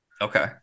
Okay